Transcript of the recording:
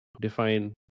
Define